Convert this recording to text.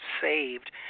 saved